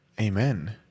Amen